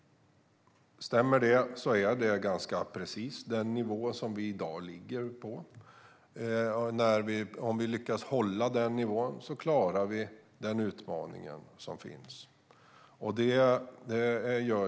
Stämmer det är det ganska precis den nivå som vi i dag ligger på. Om vi lyckas hålla den nivån klarar vi utmaningen.